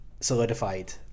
solidified